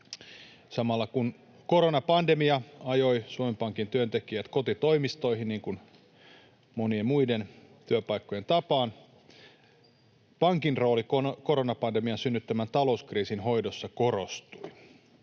Samalla, kun koronapandemia ajoi Suomen Pankin työntekijät kotitoimistoihin monien muiden työpaikkojen tapaan, pankin rooli koronapandemian synnyttämän talouskriisin hoidossa korostui.